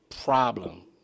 problem